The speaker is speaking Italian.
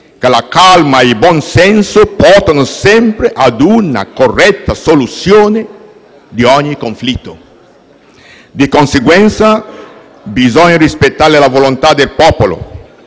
che la calma e il buonsenso portano sempre a una corretta soluzione di ogni conflitto. Di conseguenza, bisogna rispettare la volontà del popolo